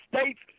states